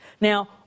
Now